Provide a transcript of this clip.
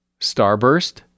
Starburst